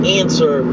answer